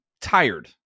tired